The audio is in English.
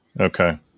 okay